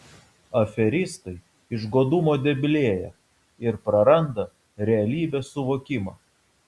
aferistai iš godumo debilėja ir praranda realybės suvokimą